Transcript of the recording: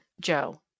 Joe